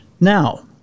Now